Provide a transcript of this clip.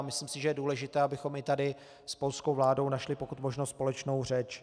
Myslím si, že je důležité, abychom i tady s polskou vládou našli pokud možno společnou řeč.